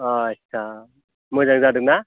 आटसा मोजां जादोंना